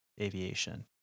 aviation